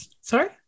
Sorry